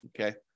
Okay